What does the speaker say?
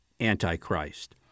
Antichrist